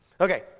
Okay